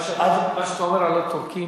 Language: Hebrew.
מה שאתה אומר על הטורקים,